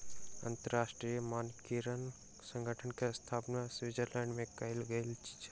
अंतरराष्ट्रीय मानकीकरण संगठन के स्थापना स्विट्ज़रलैंड में कयल गेल छल